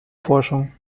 forschung